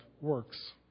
works